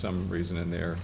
some reason in there